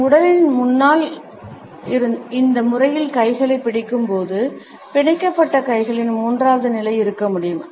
நம் உடலின் முன்னால் இந்த முறையில் கைகளைப் பிடிக்கும்போது பிணைக்கப்பட்ட கைகளின் மூன்றாவது நிலை இருக்க முடியும்